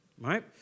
right